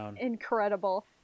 Incredible